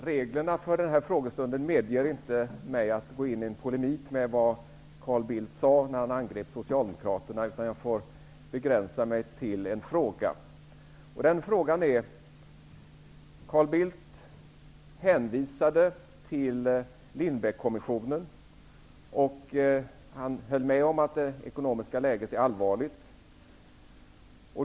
Fru talman! Reglerna för frågestunden medger mig inte att gå in i polemik med Carl Bildt när han angrep socialdemokratin, utan jag får begränsa mig till en fråga. Carl Bildt hänvisade till Lindbeckkommissionen. Han höll med om att det ekonomiska läget är allvarligt.